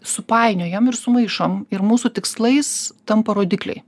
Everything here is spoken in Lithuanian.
supainiojam ir sumaišom ir mūsų tikslais tampa rodikliai